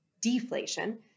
deflation